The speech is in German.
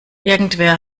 irgendwer